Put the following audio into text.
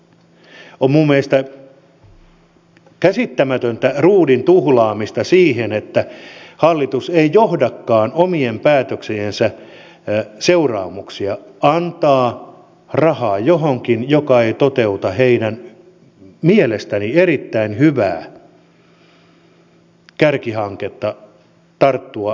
on mielestäni käsittämätöntä ruudin tuhlaamista että hallitus ei johdakaan omien päätöksiensä seuraamuksia vaan antaa rahaa johonkin joka ei toteuta heidän mielestäni erittäin hyvää kärkihankettaan tarttua biopuolelle